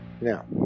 now